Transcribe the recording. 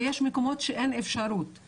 ויש מקומות שאין אפשרות,